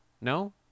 No